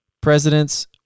presidents